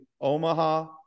Omaha